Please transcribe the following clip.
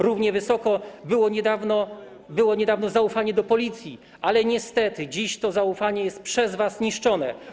Równie wysokie było do niedawna zaufanie do Policji, ale niestety dziś to zaufanie jest przez was niszczone.